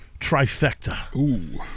trifecta